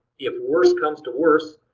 if worse comes to worse,